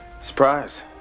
Surprise